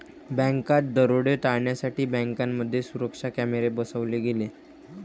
बँकात दरोडे टाळण्यासाठी बँकांमध्ये सुरक्षा कॅमेरे बसवले गेले